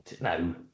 no